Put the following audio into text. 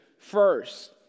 first